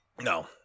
No